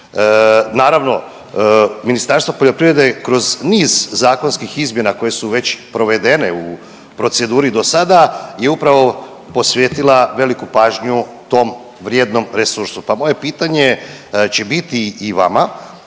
Naravno Ministarstvo poljoprivrede kroz niz zakonskih izmjena koje su već provedene u proceduri dosada je upravo posvetila veliku pažnju tom vrijednom resursu. Pa moje pitanje će biti i vama,